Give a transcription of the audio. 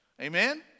Amen